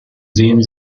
sehen